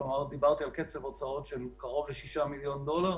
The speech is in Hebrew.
דיברתי על קצב הוצאות של קרוב ל-6 מיליון דולר,